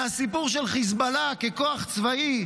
מהסיפור של חיזבאללה ככוח צבאי,